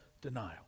denial